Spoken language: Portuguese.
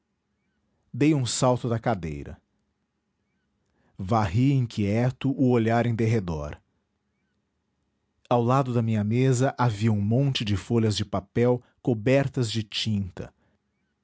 dei um salto da cadeira varri inquieto o olhar em derredor ao lado da minha mesa havia um monte de folhas de papel cobertas de tinta